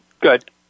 Good